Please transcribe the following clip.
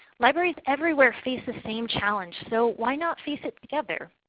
libraries everywhere face the same challenge, so why not face it together.